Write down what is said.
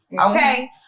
Okay